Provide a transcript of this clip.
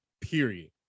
period